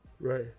Right